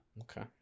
okay